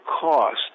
cost